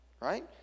right